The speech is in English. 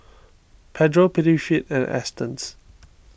Pedro Prettyfit and Astons